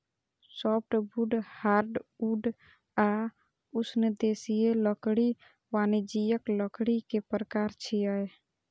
softwood, hardwood आ उष्णदेशीय लकड़ी वाणिज्यिक लकड़ी के प्रकार छियै